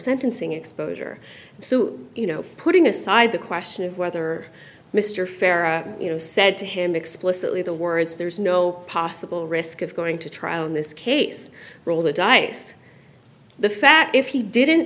sentencing exposure so you know putting aside the question of whether mr farrah you know said to him explicitly the words there's no possible risk of going to trial in this case roll the dice the fact if he didn't